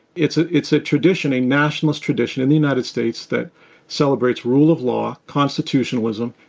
it's ah it's a tradition, a nationalist tradition in the united states that celebrates rule of law, constitutionalism,